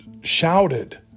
shouted